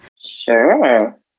Sure